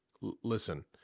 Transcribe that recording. listen